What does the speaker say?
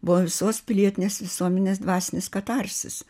buvo visos pilietinės visuomenės dvasinis katarsis